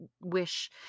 wish